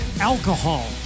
alcohol